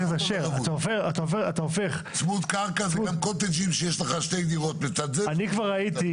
בתמ"א 38 היה דירוג,